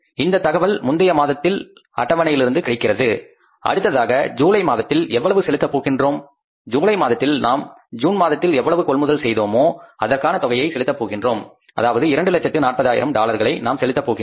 இந்த தகவல் முந்தைய மாதத்தில் அட்டவணையிலிருந்து கிடைக்கின்றது அடுத்ததாக ஜூலை மாதத்தில் எவ்வளவு செலுத்த போகின்றோம் ஜூலை மாதத்தில் நாம் ஜூன் மாதத்தில் எவ்வளவு கொள்முதல் செய்தோமோ அதற்கான தொகையை செலுத்த போகின்றோம் அதாவது 2 லட்சத்து 40 ஆயிரம் டாலர்களை நாம் செலுத்த போகின்றோம்